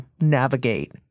navigate